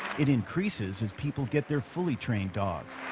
it increases as people get their fully trained dogs.